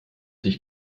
dich